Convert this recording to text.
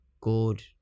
good